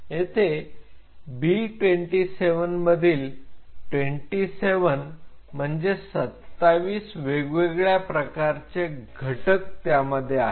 येथे B27 मधील 27 म्हणजे सत्तावीस वेगळ्या प्रकारचे घटक त्यामध्ये आहेत